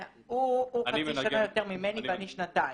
הוא חצי שנה יותר ממני ואני שנתיים.